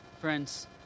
Friends